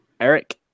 Eric